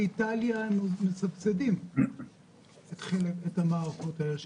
באיטליה מסבסדים את המערכות האלה.